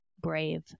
brave